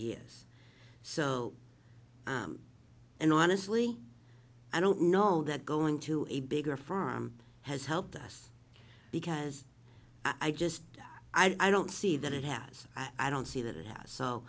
years so and honestly i don't know that going to a bigger firm has helped us because i just i don't see that it has i don't see that it has so